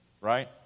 Right